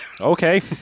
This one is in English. Okay